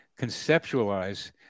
conceptualize